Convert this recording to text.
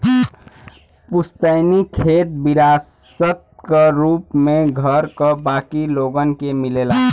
पुस्तैनी खेत विरासत क रूप में घर क बाकी लोगन के मिलेला